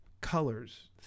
colors